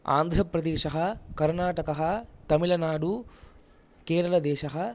आन्ध्रप्रदेशः कर्णाटकः तमिल्नाडु केरलदेशः